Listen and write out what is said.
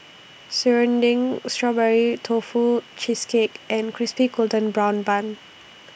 Serunding Strawberry Tofu Cheesecake and Crispy Golden Brown Bun